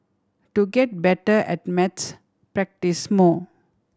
to get better at maths practise more